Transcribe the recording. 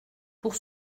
pour